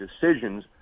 decisions